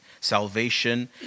salvation